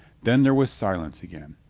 then there was silence again.